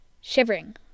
Shivering